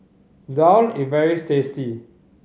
daal is very tasty